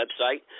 website